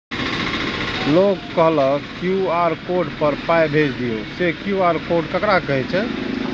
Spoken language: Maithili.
लोग कहलक क्यू.आर कोड पर पाय भेज दियौ से क्यू.आर कोड ककरा कहै छै?